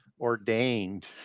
ordained